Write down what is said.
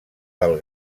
del